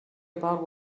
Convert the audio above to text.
about